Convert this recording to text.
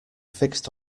fixed